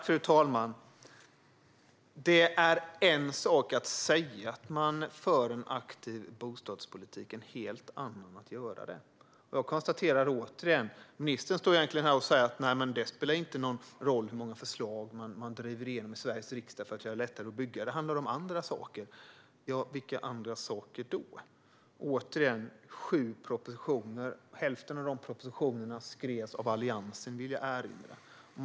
Fru talman! Det är en sak att säga att man för en aktiv bostadspolitik och en helt annan att göra det. Jag konstaterar återigen att ministern står här och säger att det inte spelar någon roll hur många förslag man driver igenom i Sveriges riksdag för att göra det lättare att bygga, utan det handlar om andra saker. Vilka andra saker? Sju propositioner - jag vill erinra om att hälften av dem skrevs av Alliansen.